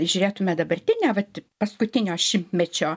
žiūrėtume dabartinę vat paskutinio šimtmečio